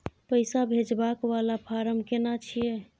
पैसा भेजबाक वाला फारम केना छिए?